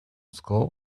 school